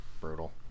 Brutal